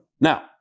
Now